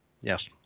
Yes